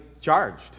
charged